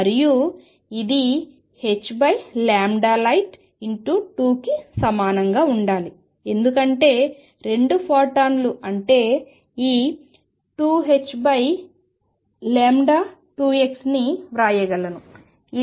మరియు ఇది hlight 2కి సమానంగా ఉండాలి ఎందుకంటే రెండు ఫోటాన్లు అంటే ఈ 2ℏ2π ని వ్రాయగలను ఇది 2ℏklight